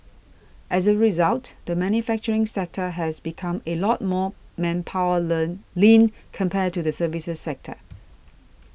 as a result the manufacturing sector has become a lot more manpower len lean compared to the services sector